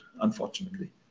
unfortunately